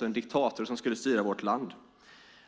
en diktator som skulle styra vårt land.